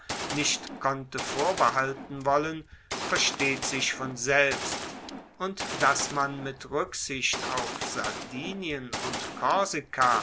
nicht konnte vorbehalten wollen versteht sich von selbst und dass man mit ruecksicht auf sardinien und korsika